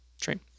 train